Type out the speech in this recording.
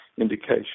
indication